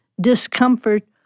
discomfort